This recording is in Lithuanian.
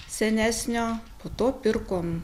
senesnio po to pirkom